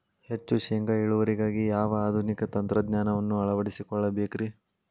ಹೆಚ್ಚು ಶೇಂಗಾ ಇಳುವರಿಗಾಗಿ ಯಾವ ಆಧುನಿಕ ತಂತ್ರಜ್ಞಾನವನ್ನ ಅಳವಡಿಸಿಕೊಳ್ಳಬೇಕರೇ?